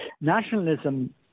nationalism